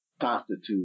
constitute